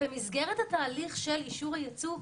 במסגרת התהליך של אישור הייצוא,